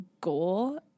goal